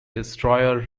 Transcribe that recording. destroyer